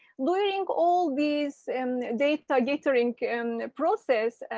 luring all these data gathering and process,